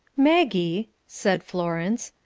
maggie, said florence,